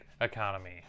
economy